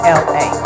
la